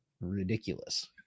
ridiculous